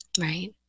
right